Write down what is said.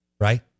right